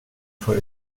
for